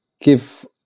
give